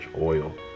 oil